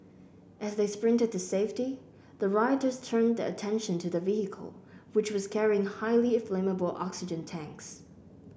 as they sprinted to safety the rioters turned their attention to the vehicle which was carrying highly flammable oxygen tanks